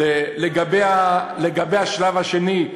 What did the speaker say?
לגבי השלב השני,